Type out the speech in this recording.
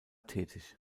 tätig